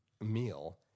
meal